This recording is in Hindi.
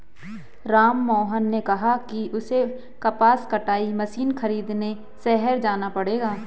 राममोहन ने कहा कि उसे कपास कटाई मशीन खरीदने शहर जाना पड़ेगा